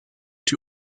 die